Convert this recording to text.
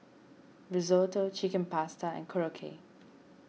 Risotto Chicken Pasta Korokke